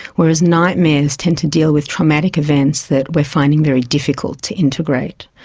whereas nightmares tend to deal with traumatic events that we're finding very difficult to integrate.